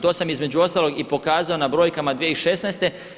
To sam između ostalog i pokazao na brojkama 2016.